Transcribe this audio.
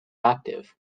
active